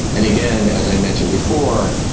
and again, as i mentioned before,